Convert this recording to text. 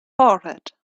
forehead